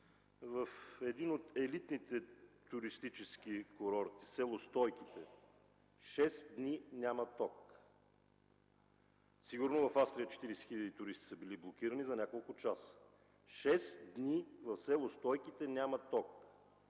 в един от елитните туристически курорти – с. Стойките, шест дни няма ток. Сигурно в Австрия 40 000 туристи са били блокирани за няколко часа. Шест дни в с. Стойките няма ток!